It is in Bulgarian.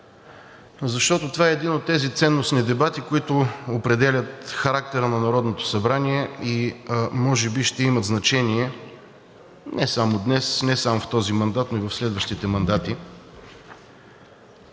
защото това е един от тези ценностни дебати, които определят характера на Народното събрание и може би ще имат значение не само днес, не само в този мандат, но и в следващите мандати.